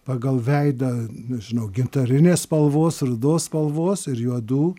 pagal veidą nežinau gintarinės spalvos rudos spalvos ir juodų